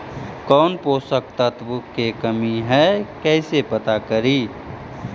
कौन पोषक तत्ब के कमी है कैसे पता करि?